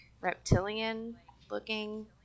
reptilian-looking